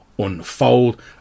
unfold